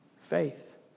faith